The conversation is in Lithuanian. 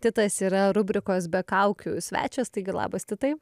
titas yra rubrikos be kaukių svečias taigi labas titai